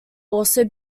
also